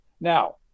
Now